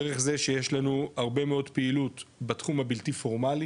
דרך זה שיש לנו הרבה מאוד פעילות בתחום הבלתי-פורמלי,